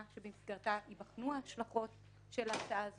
שבמסגרתה ייבחנו ההשלכות של ההצעה הזאת.